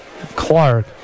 Clark